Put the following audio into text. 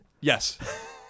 Yes